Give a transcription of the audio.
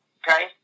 okay